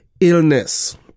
illness